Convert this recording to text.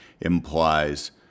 implies